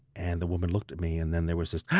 and the woman looked at me, and then there was this,